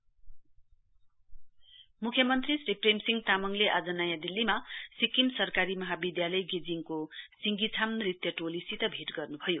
CM म्ख्यमन्त्री श्री प्रेमसिंह तामङले आज नयाँ दिल्लीमा सिक्किम सरकारी महाविद्यालय गेजिङको सिंधिछाम नृत्य टोलीसित भेट गर्नुभयो